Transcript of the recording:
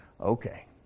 Okay